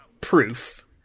proof